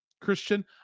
christian